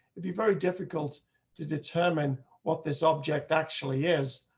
it'd be very difficult to determine what this object actually is.